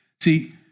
See